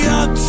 up